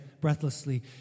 breathlessly